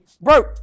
bro